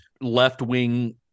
left-wing